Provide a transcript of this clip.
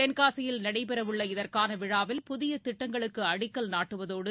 தென்காசியில் நடைபெறவுள்ள இதற்கான விழாவில் புதிய திட்டங்களுக்கு அடிக்கல் நாட்டுவதோடு